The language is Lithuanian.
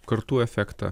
kartų efektą